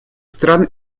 стран